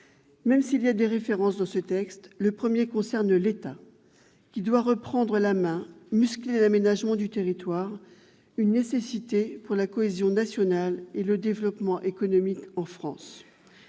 Même si le texte y fait référence, le premier concerne l'État, qui doit reprendre la main et muscler l'aménagement du territoire. C'est une nécessité pour la cohésion nationale et le développement économique en France.